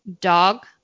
dog